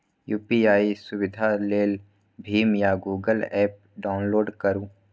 UPI सुविधा लेल भीम या गुगल एप्प डाउनलोड करु